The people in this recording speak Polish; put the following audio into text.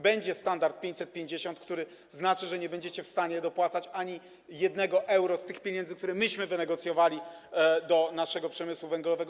Będzie standard 550, który znaczy, że nie będziecie w stanie dopłacać ani jednego euro z tych pieniędzy, które wynegocjowaliśmy dla naszego przemysłu węglowego.